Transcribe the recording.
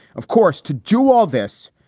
of course, to do all this,